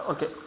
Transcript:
Okay